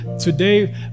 today